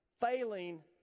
failing